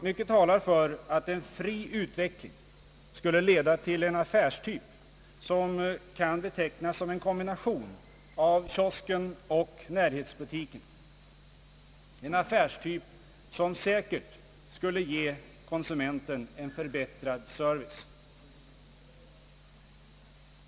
Mycket talar för att en fri utveckling skulle leda till en affärstyp som kan betecknas som en kombination av kiosken och närhetsbutiken; en affärstyp som säkert skulle ge konsumenten en förbättrad service.